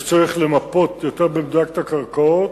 יש צורך למפות יותר במדויק את הקרקעות,